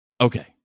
Okay